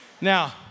Now